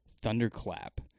thunderclap